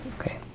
Okay